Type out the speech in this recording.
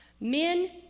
Men